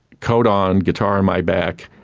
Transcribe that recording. coat on, guitar in my bag,